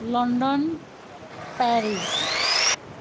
London Paris